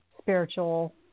spiritual